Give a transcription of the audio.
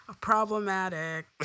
Problematic